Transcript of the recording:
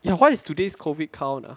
ya what is today's COVID count ah